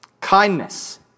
Kindness